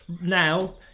Now